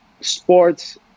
sports